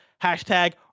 Hashtag